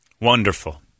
Wonderful